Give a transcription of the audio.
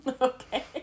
Okay